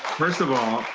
first of all,